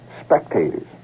spectators